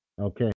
Okay